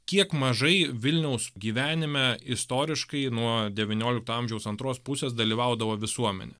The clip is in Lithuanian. kiek mažai vilniaus gyvenime istoriškai nuo devyniolikto amžiaus antros pusės dalyvaudavo visuomenė